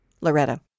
Loretta